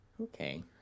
Okay